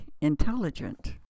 intelligent